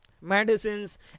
medicines